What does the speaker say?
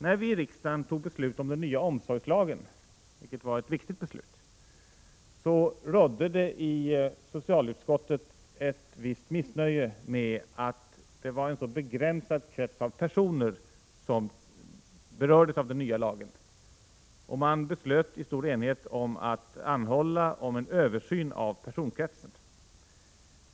När vi i riksdagen fattade beslut om den nya omsorgslagen — vilket var ett viktigt beslut — rådde det i socialutskottet ett visst missnöje med att det var en så begränsad krets av personer som berördes av den nya lagen. Man beslöt i stor enighet att anhålla om en översyn av personkretsen.